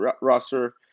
roster